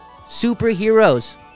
superheroes